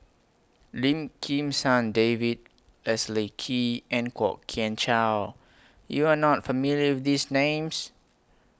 Lim Kim San David Leslie Kee and Kwok Kian Chow YOU Are not familiar with These Names